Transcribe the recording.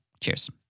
Cheers